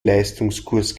leistungskurs